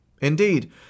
Indeed